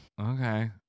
Okay